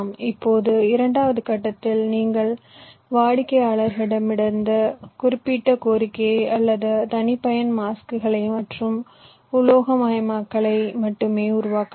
இப்போது இரண்டாவது கட்டத்தில் நீங்கள் வாடிக்கையாளர்களிடமிருந்து இந்த குறிப்பிட்ட கோரிக்கையை எடுத்து தனிப்பயன் மாஸ்க்களை மற்றும் உலோகமயமாக்கல்களை மட்டுமே உருவாக்கலாம்